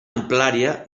amplària